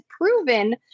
proven